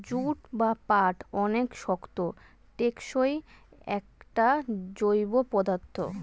jute বা পাট অনেক শক্ত, টেকসই একটা জৈব পদার্থ